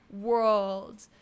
world